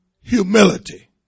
Humility